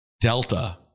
delta